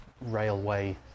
railway